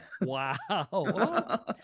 wow